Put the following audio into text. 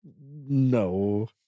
No